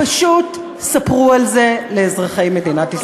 פשוט ספרו על זה לאזרחי מדינת ישראל.